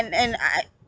and and I